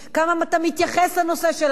כמה אתה מתייחס לאנשים,